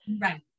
right